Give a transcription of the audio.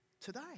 today